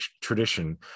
tradition